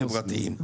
חברתיים.